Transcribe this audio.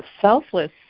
selfless